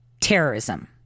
terrorism